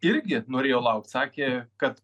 irgi norėjo laukt sakė kad